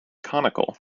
conical